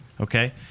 Okay